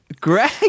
Greg